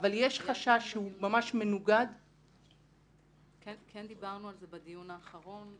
אבל יש חשש שהוא ממש מנוגד -- דיברנו על זה בדיון האחרון.